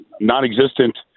non-existent